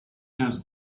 has